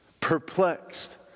perplexed